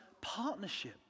partnership